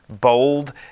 bold